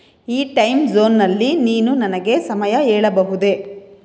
ಈ ಟೈಮ್ ಝೋನ್ನಲ್ಲಿ ನೀನು ನನಗೆ ಸಮಯ ಹೇಳಬಹುದೆ